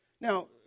Now